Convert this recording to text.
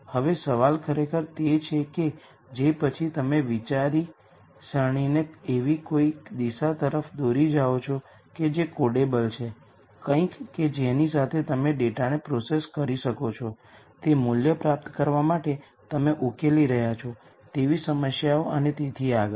હવે સવાલ ખરેખર તે છે કે જે પછી તમે તમારી વિચારસરણીને એવી કંઇક દિશા તરફ દોરી જાઓ કે જે કોડેબલ છે કંઈક કે જેની સાથે તમે ડેટાને પ્રોસેસ કરી શકો છો તે મૂલ્ય પ્રાપ્ત કરવા માટે તમે ઉકેલી રહ્યા છો તેવી સમસ્યાઓ અને તેથી આગળ